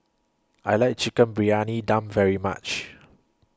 I like Chicken Briyani Dum very much